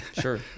Sure